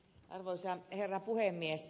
arvoisa herra puhemies